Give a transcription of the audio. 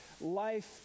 life